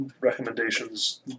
recommendations